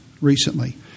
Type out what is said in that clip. recently